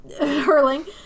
hurling